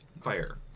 fire